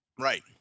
Right